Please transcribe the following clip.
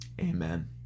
amen